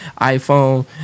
iPhone